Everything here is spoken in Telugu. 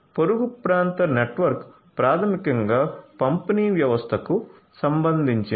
పొరుగు ప్రాంత నెట్వర్క్ ప్రాథమికంగా పంపిణీ వ్యవస్థకు సంబంధించినది